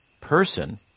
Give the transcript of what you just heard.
person